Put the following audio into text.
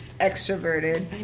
extroverted